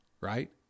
right